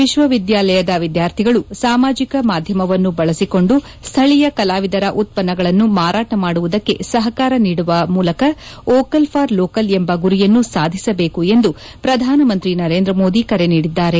ವಿಶ್ವವಿದ್ಯಾಲಯದ ವಿದ್ಯಾರ್ಥಿಗಳು ಸಾಮಾಜಿಕ ಮಾಧ್ಯಮವನ್ನು ಬಳಸಿಕೊಂಡು ಸ್ಥಳೀಯ ಕಲಾವಿದರ ಉತ್ಪನ್ನಗಳನ್ನು ಮಾರಾಟ ಮಾಡುವುದಕ್ಕೆ ಸಹಕಾರ ನೀಡುವ ಮೂಲಕ ವೋಕಲ್ ಫಾರ್ ಲೋಕಲ್ ಎಂಬ ಗುರಿಯನ್ನು ಸಾಧಿಸಬೇಕು ಎಂದು ಪ್ರಧಾನಮಂತ್ರಿ ನರೇಂದ್ರ ಮೋದಿ ಕರೆ ನೀಡಿದ್ದಾರೆ